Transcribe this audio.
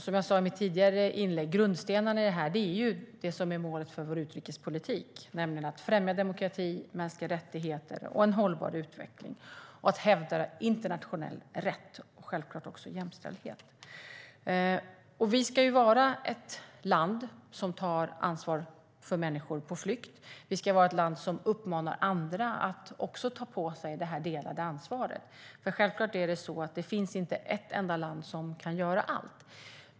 Som jag sa i mitt tidigare inlägg är grundstenarna i detta det som är målet för vår utrikespolitik, nämligen att främja demokrati, mänskliga rättigheter och en hållbar utveckling, liksom att hävda internationell rätt och självklart också jämställdhet. Vi ska vara ett land som tar ansvar för människor på flykt. Vi ska vara ett land som uppmanar andra att också ta på sig detta delade ansvar. Självklart kan inte ett enda land göra allt självt.